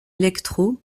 electro